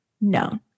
known